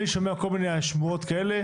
אני שומע כל מיני שמועות כאלה.